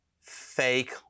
fake